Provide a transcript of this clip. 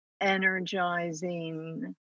energizing